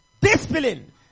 Discipline